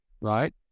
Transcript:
right